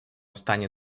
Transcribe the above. станет